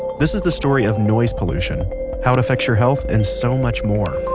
this is the story of noise pollution how it affects your health, and so much more